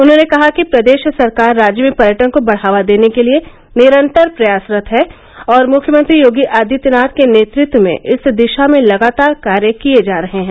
उन्होंने कहा कि प्रदेश सरकार राज्य में पर्यटन को बढ़ावा देने के लिए निरंतर प्रयासरत है और मुख्यमंत्री योगी आदित्यनाथ के नेतृत्व में इस दिशा में लगातार कार्य किए जा रहे हैं